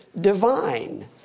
divine